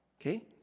okay